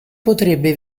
potrebbe